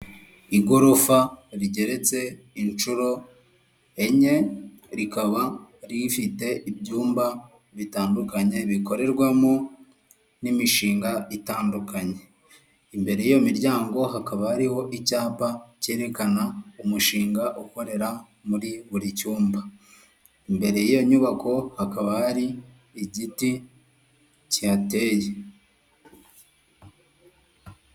Igorofa rigeretse inshuro enye rikaba rifite ibyumba bitandukanye bikorerwamo n'imishinga itandukanye imbere y'iyo miryango hakaba hariho icyapa cyerekana umushinga ukorera muri buri cyumba imbere y'iyo nyubako hakaba hari igiti cyateye.